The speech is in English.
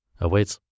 awaits